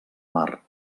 mar